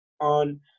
on